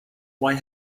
why